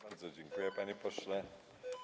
Bardzo dziękuję, panie pośle.